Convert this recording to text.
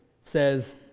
says